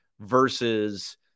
versus